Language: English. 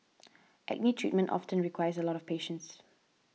acne treatment often requires a lot of patience